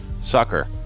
sucker